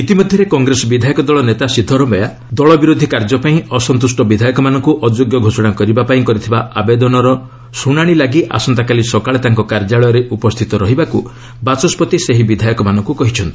ଇତିମଧ୍ୟରେ କଂଗ୍ରେସ ବିଧାୟକ ଦଳ ନେତା ସିଦ୍ଦରମେୟା ଦଳବିରୋଧୀ କାର୍ଯ୍ୟ ପାଇଁ ଅସନ୍ତ୍ରଷ୍ଟ ବିଧାୟକମାନଙ୍କୁ ଅଯୋଗ୍ୟ ଘୋଷଣା କରିବାପାଇଁ କରିଥିବା ଆବେଦନର ଶୁଣାଶି ଲାଗି ଆସନ୍ତାକାଲି ସକାଳେ ତାଙ୍କ କାର୍ଯ୍ୟାଳୟରେ ଉପସ୍ଥିତ ରହିବାକୁ ବାଚସ୍ୱତି ସେହି ବିଧାୟକମାନଙ୍କୁ କହିଛନ୍ତି